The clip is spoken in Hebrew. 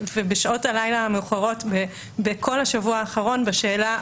ובשעות הלילה המאוחרות בכל השבוע האחרון בשאלה המחודדת הזאת.